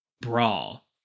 brawl